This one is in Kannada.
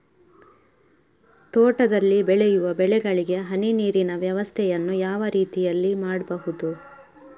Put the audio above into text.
ತೋಟದಲ್ಲಿ ಬೆಳೆಯುವ ಬೆಳೆಗಳಿಗೆ ಹನಿ ನೀರಿನ ವ್ಯವಸ್ಥೆಯನ್ನು ಯಾವ ರೀತಿಯಲ್ಲಿ ಮಾಡ್ಬಹುದು?